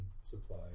supply